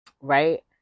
Right